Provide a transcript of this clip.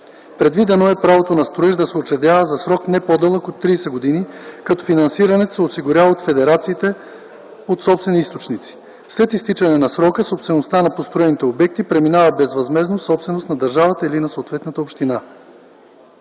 Предвидено е правото на строеж да се учредява в срок не по-дълъг от 30 години, като финансирането се осигурява от федерациите от собствени източници. След изтичане на срока собствеността на построените обекти преминава безвъзмездно в собственост на държавата или на съответната община.